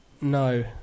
No